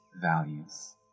values